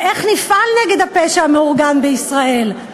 ואיך נפעל נגד הפשע המאורגן בישראל?